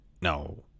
No